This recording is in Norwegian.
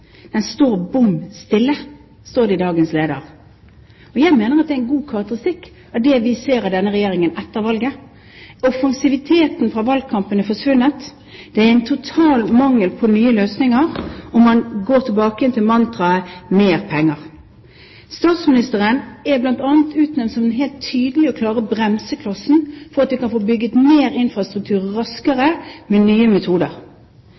Den står bom stille.» Jeg mener at det er en god karakteristikk av det vi ser av denne regjeringen etter valget. Offensiviteten fra valgkampen er forsvunnet. Det er en total mangel på nye løsninger, og man går tilbake til mantraet «mer penger». Statsministeren er bl.a. utnevnt som den helt tydelige og klare bremseklossen for at vi kan få bygget mer infrastruktur raskere, med nye metoder.